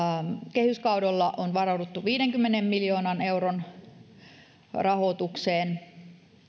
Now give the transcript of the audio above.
kehyskaudella on varauduttu viidenkymmenen miljoonan euron rahoitukseen